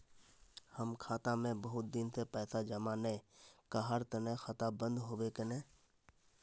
हम खाता में बहुत दिन से पैसा जमा नय कहार तने खाता बंद होबे केने?